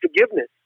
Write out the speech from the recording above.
forgiveness